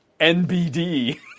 NBD